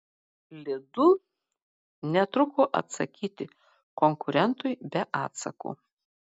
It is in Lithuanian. lidl netruko atsakyti konkurentui be atsako